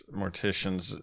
morticians